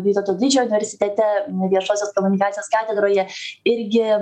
vytauto didžiojo universitete viešosios komunikacijos katedroje irgi